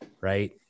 Right